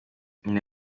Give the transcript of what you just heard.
uganda